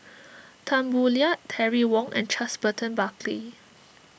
Tan Boo Liat Terry Wong and Charles Burton Buckley